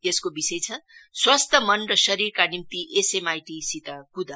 यसको विषय छ स्वस्थ मन र शरीरका निम्ति एसएमआइटी सित कुद